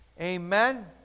Amen